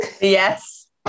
yes